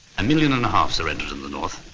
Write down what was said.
a million and a half surrendered in the north.